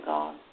God